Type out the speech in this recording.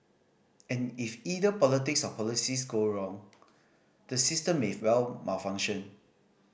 and if either politics or policies go wrong the system may well malfunction